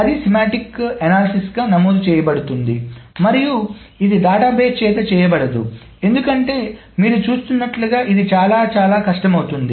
అది సెమాంటిక్ విశ్లేషణగా నమోదు చేయబడుతుంది మరియు ఇది డేటాబేస్ చేత చేయబడదు ఎందుకంటే మీరు చూస్తున్నట్లుగా ఇది చాలా చాలా కష్టమవుతుంది